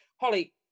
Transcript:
Holly